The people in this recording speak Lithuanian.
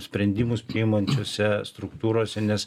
sprendimus priimančiose struktūrose nes